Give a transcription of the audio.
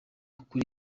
kuri